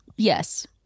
Yes